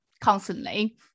constantly